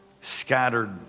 Scattered